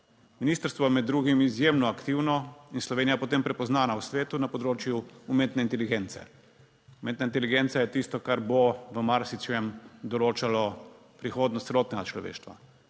Ministrstvo je med drugim izjemno aktivno in Slovenija je potem prepoznana v svetu na področju umetne inteligence. Umetna inteligenca je tisto, kar bo v marsičem določalo prihodnost celotnega človeštva,